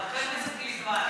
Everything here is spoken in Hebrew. אבל למה?